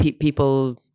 people